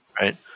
Right